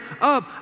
up